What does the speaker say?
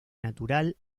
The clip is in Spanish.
natural